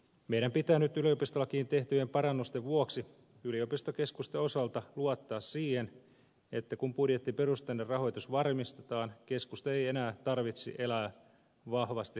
meidän pitää nyt yliopistolakiin tehtyjen parannusten vuoksi yliopistokeskusten osalta luottaa siihen että kun budjettiperusteinen rahoitus varmistetaan keskusten ei enää tarvitse elää vahvasti hankerahoituksen pohjalta